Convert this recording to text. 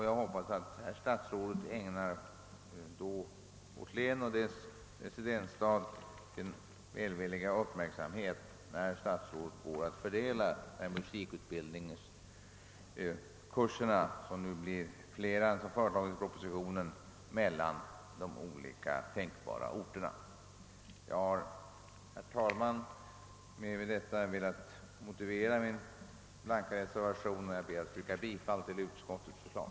Jag hoppas att herr statsrådet ägnar vårt län och dess residensstad sin välvilliga uppmärksamhet när statsrådet går att fördela musikutbildningskurserna, som nu blir fler än som föreslagits i propositionen, mellan olika tänkbara orter. Jag har, herr talman, med detta velat motivera min blanka reservation och ber att få yrka bifall till utskottets förslag.